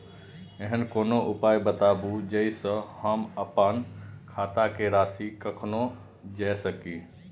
ऐहन कोनो उपाय बताबु जै से हम आपन खाता के राशी कखनो जै सकी?